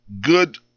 Good